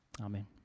Amen